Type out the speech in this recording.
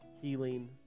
healing